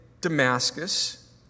Damascus